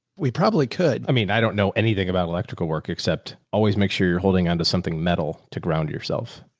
we probably could. i mean, i don't know anything about electrical work except always make sure you're holding onto something metal to ground yourself.